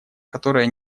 которая